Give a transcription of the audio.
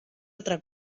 otra